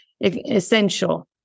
essential